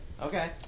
Okay